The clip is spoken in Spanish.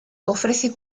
ofrece